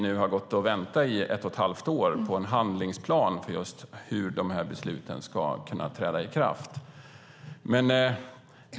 Vi har ju i ett och ett halvt år gått och väntat på en handlingsplan för hur de här besluten ska kunna träda i kraft.